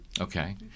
Okay